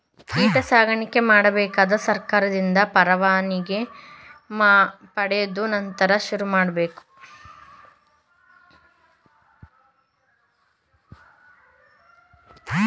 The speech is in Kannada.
ಕೀಟ ಸಾಕಾಣಿಕೆ ಮಾಡಬೇಕಾದರೆ ಸರ್ಕಾರದಿಂದ ಪರವಾನಿಗೆ ಪಡೆದು ನಂತರ ಶುರುಮಾಡಬೇಕು